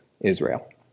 Israel